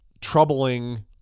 troubling